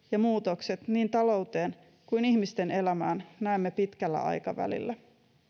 ja vaikutukset niin talouteen kuin ihmisten elämään näemme pitkällä aikavälillä